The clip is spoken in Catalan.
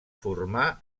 formà